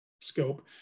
scope